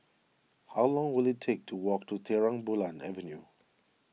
how long will it take to walk to Terang Bulan Avenue